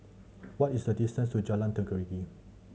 what is the distance to Jalan Tenggiri